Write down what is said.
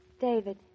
David